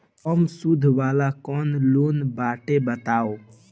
कम सूद वाला कौन लोन बाटे बताव?